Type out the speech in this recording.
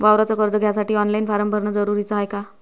वावराच कर्ज घ्यासाठी ऑनलाईन फारम भरन जरुरीच हाय का?